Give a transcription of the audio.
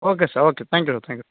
okay sir okay thank you sir thank you